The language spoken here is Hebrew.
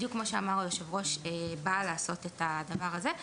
בדיוק כמו שאמר היושב ראש, באה לעשות את הדבר הזה.